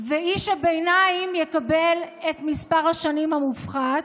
איש הביניים יקבל את מספר השנים המופחת.